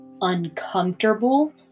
uncomfortable